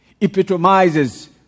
Epitomizes